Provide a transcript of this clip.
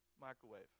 microwave